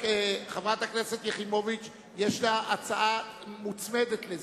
חברת הכנסת יחימוביץ יש לה הצעה מוצמדת לזה,